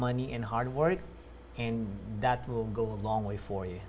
money and hard work and that will go a long way for you